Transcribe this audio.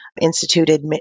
instituted